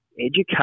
education